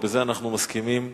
ובזה אנחנו מסכימים.